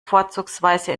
vorzugsweise